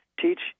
teach